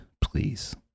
please